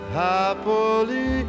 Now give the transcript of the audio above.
happily